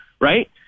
right